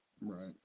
Right